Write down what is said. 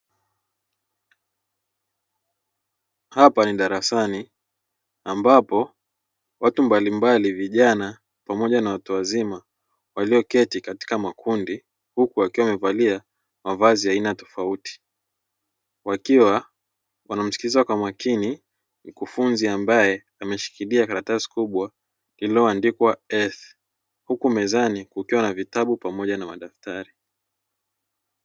Hapa ni darasani ambapo watu mbalimbali vijana pamoja na watu wazima; walioketi katika makundi, huku wakiwa wamevalia mavazi ya aina tofauti. Wakiwa wanamsikiliza kwa makini mkufunzi ambaye ameshikilia karatasi kubwa iliyoandikwa S, huku mezani kukiwa na vitabu pamoja na madaftari.